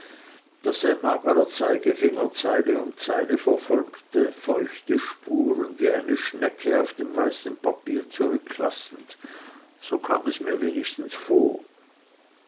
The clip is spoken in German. sein magerer zeigefinger zeile um zeile verfolgte feuchte spuren wie eine schnecke auf dem weißen papier zurücklassend so kam es mir wenigstens vor